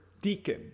deacon